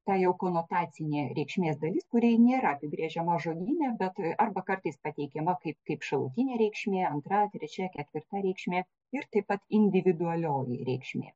ta jau konotacinė reikšmės dalis kuri nėra apibrėžiama žodyne bet arba kartais pateikiama kaip kaip šalutinė reikšmė antra trečia ketvirta reikšmė ir taip pat individualioji reikšmė